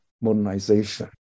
modernization